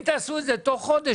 אם תעשו את זה תוך חודש,